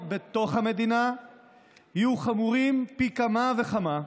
בתוך המדינה יהיו חמורים פי כמה וכמה.